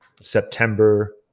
September